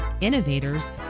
innovators